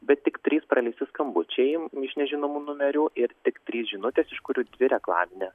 bet tik trys praleisti skambučiai iš nežinomų numerių ir tik trys žinutės iš kurių dvi reklaminė